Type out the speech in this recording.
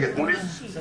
תנו לי לסיים את המשפט.